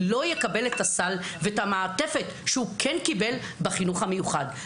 לא יקבל את הסל ואת המעטפת שהוא כן קיבל בחינוך המיוחד.